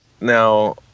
Now